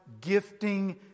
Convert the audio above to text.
gifting